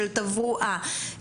של תברואה,